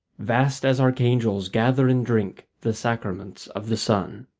vast as archangels, gather and drink the sacrament of the sun.